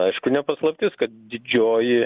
aišku ne paslaptis kad didžioji